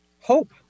hope